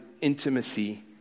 intimacy